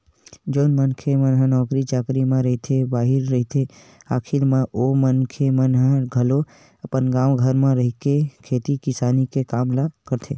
जउन मनखे मन ह नौकरी चाकरी म रहिके बाहिर रहिथे आखरी म ओ मनखे मन ह घलो अपन गाँव घर म रहिके खेती किसानी के काम ल करथे